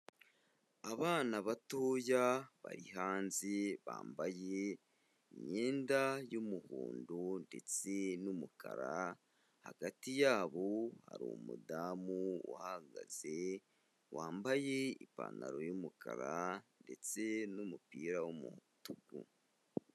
Abana batoya bari hanze bambaye imyenda y'umuhondo ndetse n'umukara, hagati yabo hari umudamu uhagaze wambaye ipantaro y'umukara ndetse n'umupira w'umutuku.